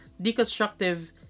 deconstructive